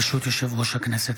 ברשות יושב-ראש הכנסת,